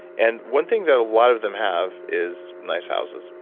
and one thing that a lot of them have is nice houses,